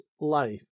life